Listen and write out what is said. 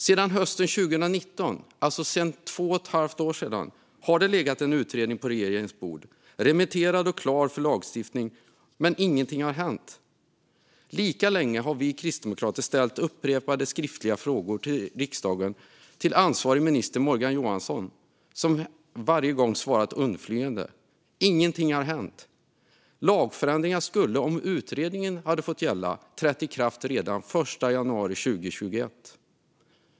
Sedan hösten 2019 - under två och ett halvt år - har en utredning legat på regeringens bord, remitterad och klar för lagstiftning, utan att något hänt. Lika länge har vi kristdemokrater i riksdagen ställt upprepade skriftliga frågor till ansvarig minister Morgan Johansson som varje gång svarat undflyende. Ingenting har hänt. Lagförändringarna skulle om utredningen fått gälla trätt i kraft redan den 1 januari 2021.